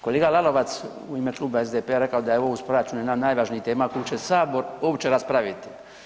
Kolega Lalovac u ime kluba SDP-a je rekao da je ovo uz proračun jedan od najvažnijih tema koju će Sabor uopće raspraviti.